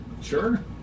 Sure